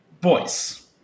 boys